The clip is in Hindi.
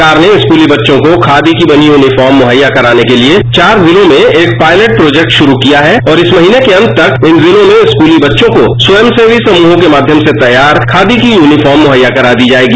सरकार ने स्कूली बच्चों को खादी की बनी यूनीफॉर्म मुहैया कराने के लिए चार जिलों में एक पायलट प्रोजेक्ट शुरू किया है और इस महीने के अंत तक इन जिलों में स्कूली बच्चों को स्वयंसेवी समूहों के माध्यम से तैयार खादी की यूनीफॉर्म मुहैया करा दी जायेगी